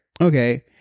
Okay